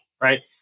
right